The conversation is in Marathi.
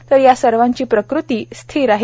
तर या सर्वांची प्रकृती स्थिर आहे